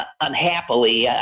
unhappily